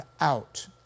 out